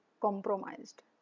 compromised